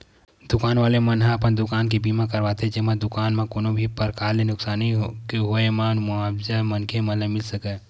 दुकान वाले मन ह अपन दुकान के बीमा करवाथे जेमा दुकान म कोनो भी परकार ले नुकसानी के होय म मुवाजा मनखे ल मिले सकय